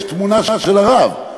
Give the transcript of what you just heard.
יש תמונה של הרב.